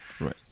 Right